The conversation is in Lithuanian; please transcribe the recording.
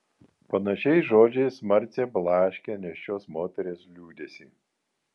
panašiais žodžiais marcė blaškė nėščios moters liūdesį